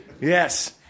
Yes